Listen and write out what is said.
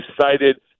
cited